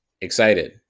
Excited